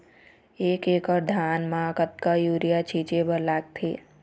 एक एकड़ धान म कतका यूरिया छींचे बर लगथे?